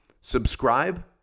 subscribe